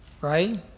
right